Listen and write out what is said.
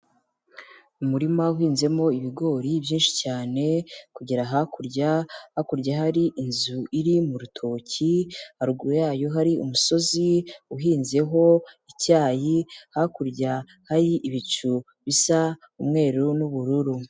Umurima uhinzemo ibigori byinshi cyane kugera hakurya, hakurya hari inzu iri mu rutoki, haruguru yayo hari umusozi uhinzeho icyayi, hakurya hari ibicu bisa umweru n'ubururu.